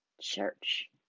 church